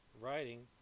writing